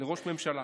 לראש ממשלה.